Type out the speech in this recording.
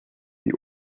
die